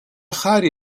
χάρη